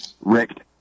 rick